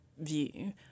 view